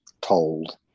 told